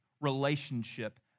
relationship